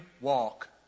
walk